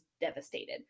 devastated